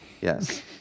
yes